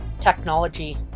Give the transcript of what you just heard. Technology